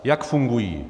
Jak fungují?